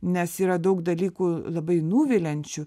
nes yra daug dalykų labai nuviliančių